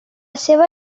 seua